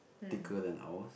thicker than ours